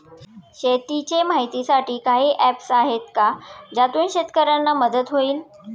शेतीचे माहितीसाठी काही ऍप्स आहेत का ज्यातून शेतकऱ्यांना मदत होईल?